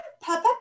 Papa